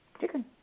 Chicken